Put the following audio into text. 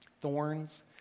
Thorns